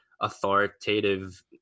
authoritative